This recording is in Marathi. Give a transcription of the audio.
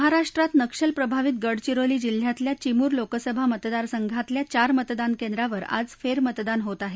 महाराष्ट्रात नक्षलप्रभावित गडविरोली जिल्ह्यातल्या चिमूर लोकसभा मतदार संघातल्या चार मतदान केंद्रावर आज फेरमतदान होत आहे